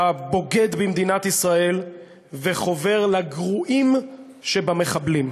הבוגד במדינת ישראל וחובר לגרועים שבמחבלים.